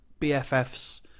bffs